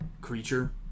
creature